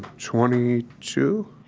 twenty two?